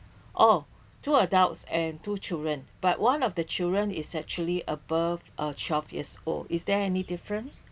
oh two adults and two children but one of the children is actually above uh twelve years old is there any different